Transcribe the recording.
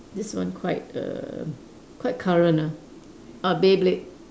this one quite err quite current ah ah Beyblade